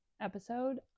episode